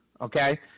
Okay